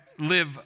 live